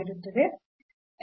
ಹಾಗಾಗಿ